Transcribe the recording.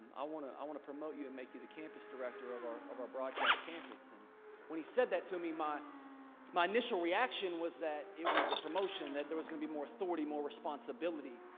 i wanna i wanna promote you and make you the campus director of our of our broadcast campus. and when he said that to me, my my initial reaction was that it was a promotion that there was gonna be more authority, more responsibility.